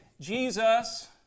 Jesus